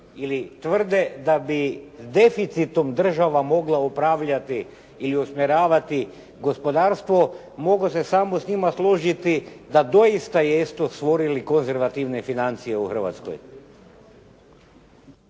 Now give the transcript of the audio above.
ili tvrde da bi deficitom država mogla upravljati ili usmjeravati gospodarstvo mogu se samo s njima služiti da doista jesu stvorili konzervativne financije u Hrvatskoj.